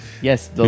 Yes